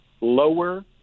lower